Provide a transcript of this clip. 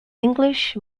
english